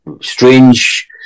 strange